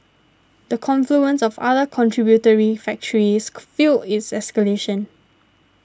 the confluence of other contributory factors fuelled its escalation